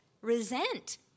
resent